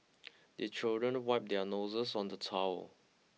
the children wipe their noses on the towel